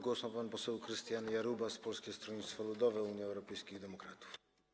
Głos ma pan poseł Krystian Jarubas, Polskie Stronnictwo Ludowe - Unia Europejskich Demokratów.